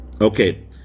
Okay